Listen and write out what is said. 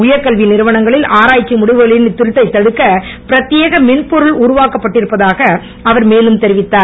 உயர்கல்வி நிறுவனங்களில் ஆராய்ச்சி முடிவுகளின் திருட்டைத் தடுக்க பிரத்தியேக மென்பொருன் உருவாக்கப் பட்டிருப்பதாக அவர் மேலும் தெரிவித்தார்